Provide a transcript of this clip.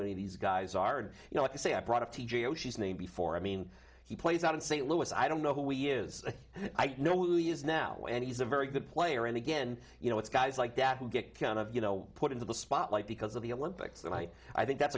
any of these guys are and you know if you say i'm proud of t j oshie name before i mean he plays out in st louis i don't know who we is i know willie is now and he's a very good player and again you know it's guys like that who get kind of you know put into the spotlight because of the olympics and i i think that's